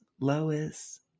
Lois